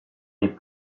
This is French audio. les